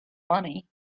money